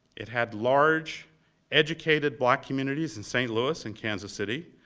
it had large educated black communities in st. louis and kansas city.